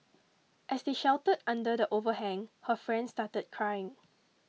as they sheltered under the overhang her friend started crying